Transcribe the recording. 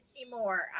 anymore